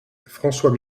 françois